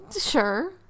sure